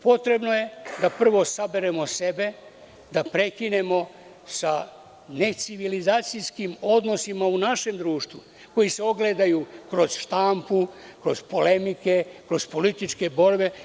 Potrebno je da, prvo, saberemo sebe, da prekinemo sa necivilizacijskim odnosima u našem društvu koji se ogledaju kroz štampu, kroz polemike, kroz političke borbe.